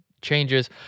changes